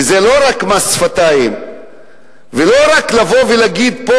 וזה לא רק מס שפתיים ולא רק לבוא ולהגיד פה: